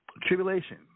tribulation